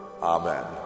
Amen